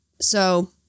So-